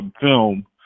film